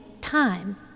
time